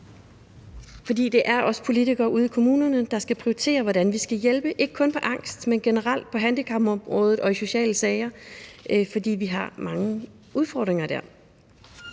Det er os politikere ude i kommunerne, der skal prioritere, hvordan vi skal hjælpe, ikke kun med hensyn til angst, men generelt på handicapområdet og i sociale sager, for vi har mange udfordringer der.